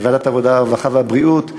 ועדת העבודה, הרווחה והבריאות,